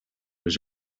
was